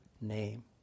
name